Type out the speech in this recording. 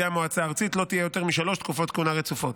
המועצה הארצית לא תהיה יותר משלוש תקופות כהונה רצופות.